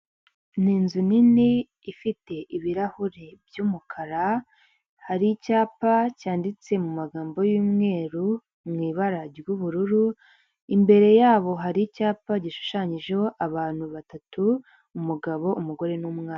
Ni inzu nini ifite ibirahure by'umukara, hari icyapa cyanditse mu magambo y'umweru, mu ibara ry'ubururu, imbere yabo hari icyapa gishushanyijeho abantu batatu, umugabo umugore n'umwana.